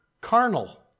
carnal